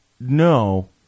no